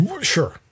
Sure